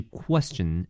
question